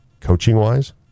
coaching-wise